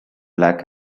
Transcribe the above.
black